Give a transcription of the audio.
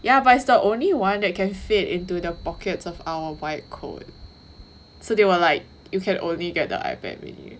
ya but it's the only one that can fit into the pockets of our white coat so they were like you can only get the ipad mini